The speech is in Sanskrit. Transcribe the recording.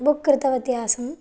बुक् कृतवती आसम्